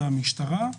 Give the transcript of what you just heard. זה המשטרה.